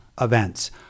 events